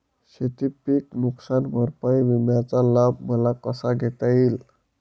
शेतीपीक नुकसान भरपाई विम्याचा लाभ मला कसा घेता येईल?